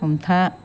हमथा